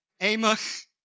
Amos